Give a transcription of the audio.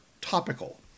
topical